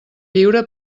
lliure